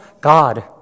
God